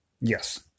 Yes